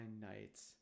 nights